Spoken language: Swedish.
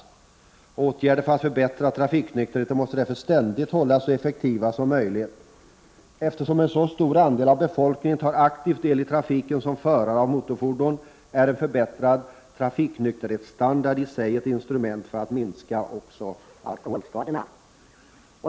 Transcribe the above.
Samhällsåtgärder för att förbättra trafiknykterheten måste därför ständigt hållas så effektiva som möjligt. Eftersom en så stor andel av befolkningen tar aktiv del i trafiken som förare av motorfordon, är en förbättrad trafiknykterhetsstandard i sig ett instrument för att minska också alkoholskadorna.